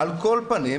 על כל פנים,